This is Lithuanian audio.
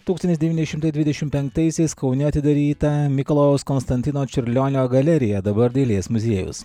tūkstantis devyni šimtai dvidešim penktaisiais kaune atidaryta mikalojaus konstantino čiurlionio galerija dabar dailės muziejus